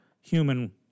human